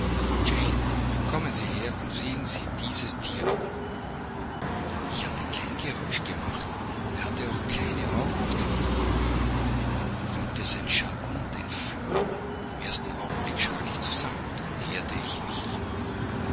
kommen sie her und sehen sie dies tier an ich hatte kein geräusch gemacht er hatte auch keine augen auf dem rücken konnte sein schatten denn fühlen im ersten augenblick schrak ich zusammen dann näherte ich mich ihm